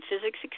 physics